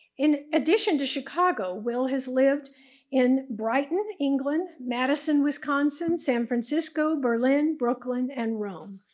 in addition to chicago, will has lived in brighton, england, madison, wisconsin, san francisco, berlin, brooklyn, and rome.